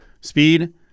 speed